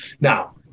now